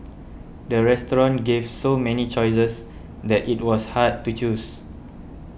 the restaurant gave so many choices that it was hard to choose